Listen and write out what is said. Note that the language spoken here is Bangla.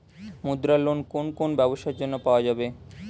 মুদ্রা লোন কোন কোন ব্যবসার জন্য পাওয়া যাবে?